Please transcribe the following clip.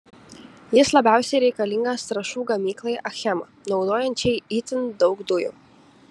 jis labiausiai reikalingas trąšų gamyklai achema naudojančiai itin daug dujų